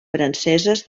franceses